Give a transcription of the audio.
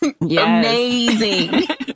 Amazing